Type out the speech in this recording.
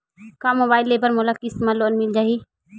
Mobile ले बर का मोला किस्त मा लोन मिल जाही?